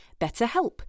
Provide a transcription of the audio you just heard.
BetterHelp